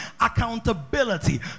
accountability